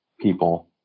people